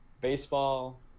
Baseball